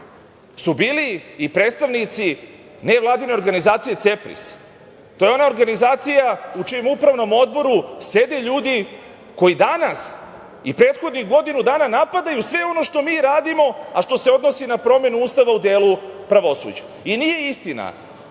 su bili i predstavnici nevladine organizacije CEPRIS, to je ona organizacija u čijem Upravnom odboru sede ljudi koji danas i prethodnih godinu dana napadaju sve ono što mi radimo, a što se odnosi na promenu Ustava u delu pravosuđa. Nije istina